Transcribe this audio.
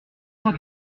cent